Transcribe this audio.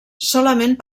solament